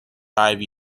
five